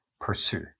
Pursue